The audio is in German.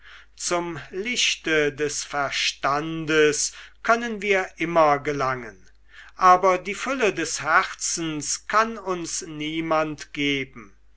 zum lichte des verstandes können wir immer gelangen aber die fülle des herzens kann uns niemand geben